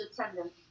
attendance